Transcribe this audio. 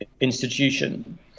institution